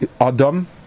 Adam